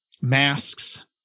Masks